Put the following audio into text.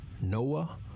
Noah